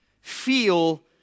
feel